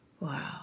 Wow